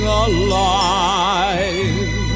alive